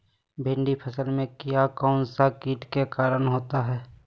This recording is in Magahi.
भिंडी फल में किया कौन सा किट के कारण होता है?